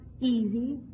Easy